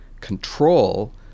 control